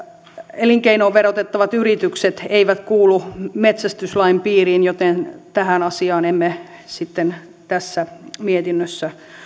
elinkeinoverotettavat yritykset eivät kuulu metsästyslain piiriin joten tähän asiaan emme sitten tässä mietinnössä